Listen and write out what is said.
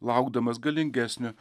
laukdamas galingesnio